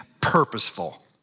purposeful